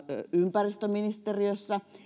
ympäristöministeriölle